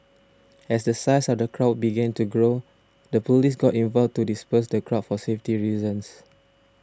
as the size of the crowd began to grow the police got involved to disperse the crowd for safety a reasons